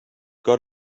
got